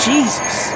Jesus